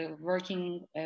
working